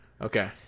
Okay